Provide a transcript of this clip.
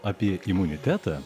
apie imunitetą